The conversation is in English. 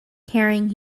caring